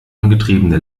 angetriebene